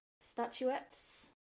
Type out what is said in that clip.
statuettes